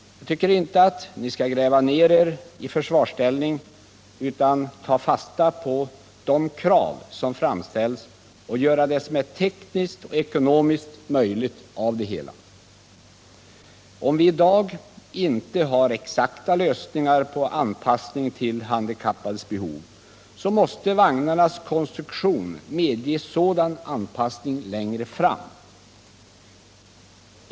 Gräv inte ner er i försvarsställning utan tag fasta på de krav som framställs och gör det som är tekniskt och ekonomiskt möjligt av det hela. Om vi i dag inte har exakta lösningar på en anpassning av vagnarna till de handikappades behov måste vagnarnas konstruktion medge sådan anpassning längre fram.